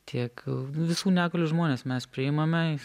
tiek visų negalių žmones mes priimame ir